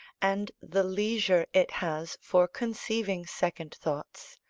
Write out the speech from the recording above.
and the leisure it has for conceiving second thoughts,